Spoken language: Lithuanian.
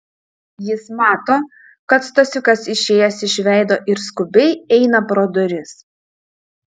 jis mato kad stasiukas išėjęs iš veido ir skubiai eina pro duris